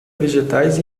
vegetais